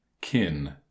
Kin